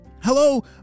Hello